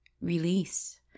Release